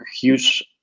huge